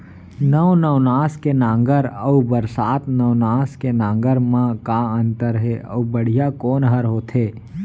नौ नवनास के नांगर अऊ बरसात नवनास के नांगर मा का अन्तर हे अऊ बढ़िया कोन हर होथे?